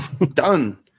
Done